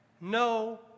No